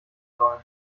sollen